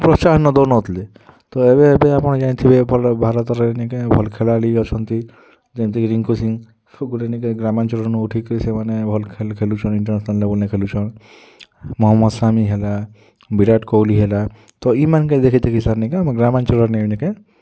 ପ୍ରୋତ୍ସାହନ ଦେଉ ନଥିଲେ ତ ଏବେ ଏବେ ଆପଣ ଜାଣିଥିବେ ଭଲ ଭାରତରେ ନି କାଏଁ ଭଲ୍ ଖେଳାଳି ଅଛନ୍ତି ଯେମିତିକି ରିଙ୍କୁ ସିଂହ ଗ୍ରାମାଞ୍ଚଳ ନୁ ଉଠିକି ନି କାଏଁ ସେମାନେ ଭଲ୍ ଖେଲ୍ ଖେଲୁଛନ୍ ଇଣ୍ଟର୍ନେସନାଲ୍ ଲେଭୁଲ୍ରେ ଖେଲୁଛନ୍ ମହମ୍ମଦ ସାମୀ ହେଲା ବିରାଟ କୋହଲି ହେଲା ତ ଇ ମାନ୍କେ ଦେଖି ଦେଖି ସାର୍ ନି କାଏଁ ଆମର୍ ଗ୍ରାମାଞ୍ଚଳନେ ସାର୍ ନି କାଏଁ